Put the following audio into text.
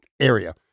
area